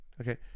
Okay